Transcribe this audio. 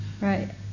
Right